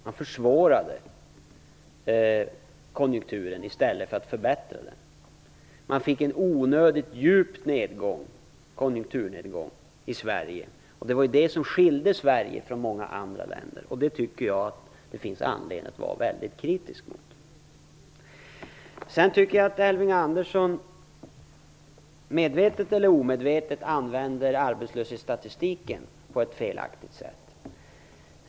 Man försvårade konjunkturen i stället för att förbättra den. Det blev en onödigt djup konjunkturnedgång i Sverige. Det var ju det som skilde Sverige från många andra länder, och det tycker jag att det finns anledning att vara väldigt kritisk mot. Sedan tycker jag att Elving Andersson, medvetet eller omedvetet, använder arbetslöshetsstatistiken på ett felaktigt sätt.